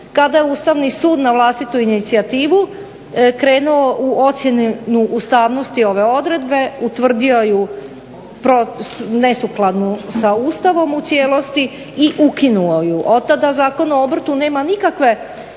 kada je Ustavni sud na vlastitu inicijativu krenuo u ocjenu ustavnosti ove odredbe, utvrdio ju nesukladnu sa Ustavom u cijelosti i ukinuo ju. Otada Zakon o obrtu nema nikakve,